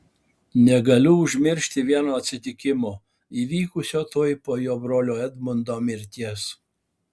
negaliu užmiršti vieno atsitikimo įvykusio tuoj po jo brolio edmundo mirties